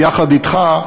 ביחד אתך,